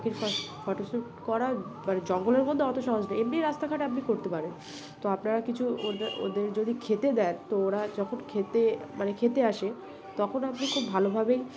পাখিরর ফ ফটোশ্যুট করা মানে জঙ্গলের মধ্যে অত সহজ নয় এমনিই রাস্তাঘাট আপনি করতে পারেন তো আপনারা কিছু ওদের ওদের যদি খেতে দেন তো ওরা যখন খেতে মানে খেতে আসে তখন আপনি খুব ভালোভাবেই